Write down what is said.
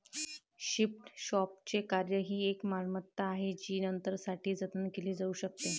thrift शॉपचे कार्य ही एक मालमत्ता आहे जी नंतरसाठी जतन केली जाऊ शकते